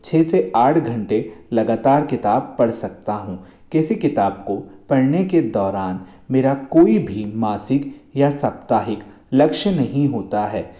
छः से आठ घंटे लगातार किताब पढ़ सकता हूँ किसी किताब को पढ़ने के दौरान मेरा कोई भी मासिक या साप्ताहिक लक्ष्य नहीं होता है